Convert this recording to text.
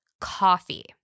coffee